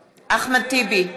טיבי,